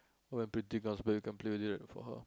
when Preeti comes back you can play it with for her